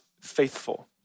faithful